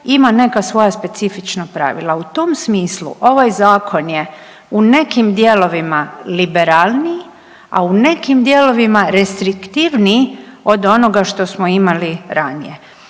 ima neka svoja specifična pravila. U tom smislu ovaj zakon je u nekim dijelovima liberalniji, a u nekim dijelovima restriktivniji od onoga što smo imali ranije.